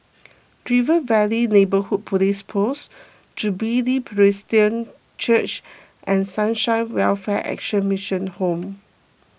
River Valley Neighbourhood Police Post Jubilee Presbyterian Church and Sunshine Welfare Action Mission Home